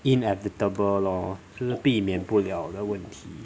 inevitable 咯就是避免不了的问题